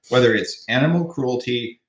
whether it's animal cruelty,